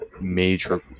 major